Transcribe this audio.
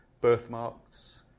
Birthmarks